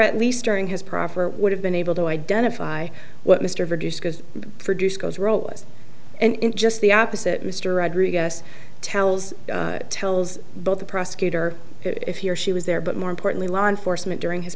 at least during his proffer would have been able to identify what mr produce because produce goes roloson and just the opposite mr rodriguez tells tells both the prosecutor if he or she was there but more importantly law enforcement during his